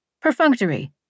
Perfunctory